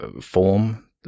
form